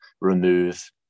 remove